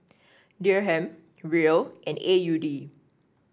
Dirham Riel and A U D